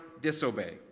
disobey